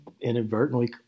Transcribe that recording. inadvertently